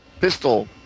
pistol